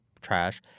trash